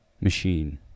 machine